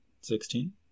Sixteen